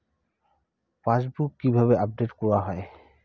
Passbook কিভাবে update করা হয়?